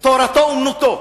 תורתו אומנותו.